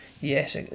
Yes